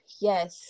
yes